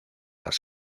las